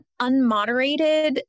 unmoderated